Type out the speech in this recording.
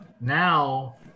now